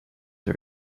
are